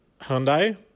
Hyundai